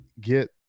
get